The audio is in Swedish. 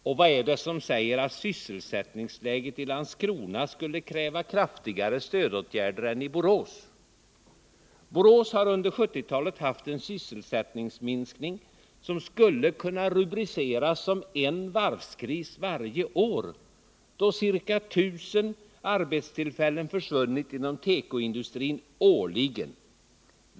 Och vad är det som säger att sysselsättningsläget i Landskrona skulle kräva kraftigare stödåtgärder än det krävs i Borås? Borås har under 1970-talet haft en sysselsättningsminskning som skulle kunna rubriceras som en varvskris varje år, då ca 1 000 arbetstillfällen försvunnit inom tekoindustrin årligen.